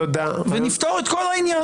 ונפתור את כל העניין.